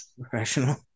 Professional